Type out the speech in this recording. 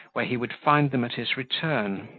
where he would find them at his return.